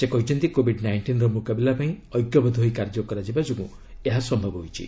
ସେ କହିଛନ୍ତି କୋବିଡ୍ ନାଇଷ୍ଟିନ୍ର ମୁକାବିଲା ପାଇଁ ଐକ୍ୟବଦ୍ଧ ହୋଇ କାର୍ଯ୍ୟ କରାଯିବା ଯୋଗୁଁ ଏହା ସମ୍ଭବ ହୋଇଛି